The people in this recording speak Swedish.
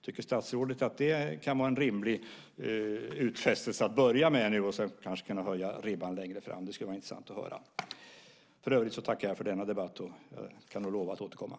Tycker statsrådet att detta kan vara en rimlig utfästelse att börja med nu för att sedan kanske kunna höja ribban längre fram? Det skulle vara intressant att höra. I övrigt tackar jag för denna debatt. Jag kan nog lova att återkomma.